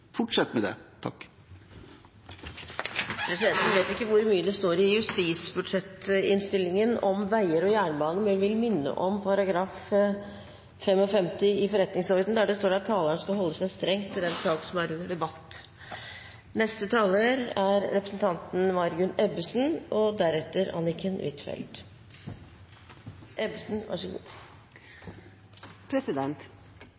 med det. Presidenten vet ikke hvor mye det står i innstillingen til justisbudsjettet om veier og jernbane, men vil minne om § 55 i Stortingets forretningsorden, der det står at taleren skal holde seg strengt til den saken som er under debatt.